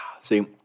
See